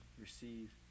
receive